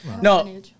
No